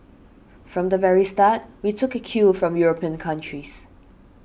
from the very start we took a cue from European countries